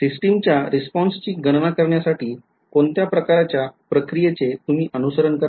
सिस्टिमच्या रिस्पॉन्सची गणना करण्यासाठी कोणत्या प्रकाराच्या प्रक्रियेचे तुम्ही अनुसरण करणार